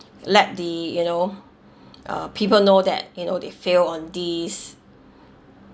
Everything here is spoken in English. let the you know uh people know that you know they fail on this